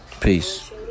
Peace